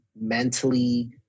mentally